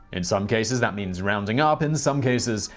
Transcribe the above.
in some cases, that means rounding up. in some cases,